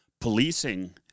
Policing